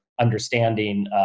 understanding